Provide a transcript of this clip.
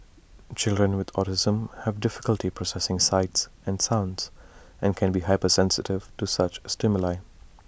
children with autism have difficulty processing sights and sounds and can be hypersensitive to such stimuli